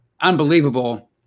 unbelievable